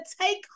take